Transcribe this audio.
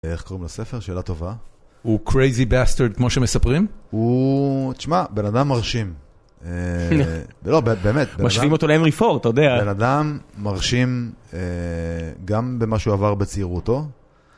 איך קוראים לספר? שאלה טובה. הוא Crazy Bastard כמו שמספרים? הוא... תשמע, בן אדם מרשים. אה, לא, באמת. משווים אותו ל-Henry Ford, אתה יודע. בן אדם מרשים, אה, גם במה שהוא עבר בצעירותו.